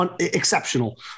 exceptional